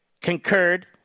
concurred